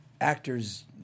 actor's